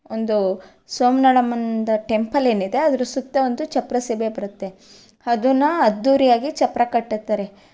ಒಂದು ಸೋಮನಳ್ಳಮ್ಮಂದು ಟೆಂಪಲ್ ಏನಿದೆ ಅದ್ರ ಸುತ್ತ ಅಂತೂ ಚಪ್ಪರ ಸೇವೆ ಬರುತ್ತೆ ಅದನ್ನು ಅದ್ದೂರಿಯಾಗಿ ಚಪ್ಪರ ಕಟ್ಟುತ್ತಾರೆ